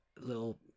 little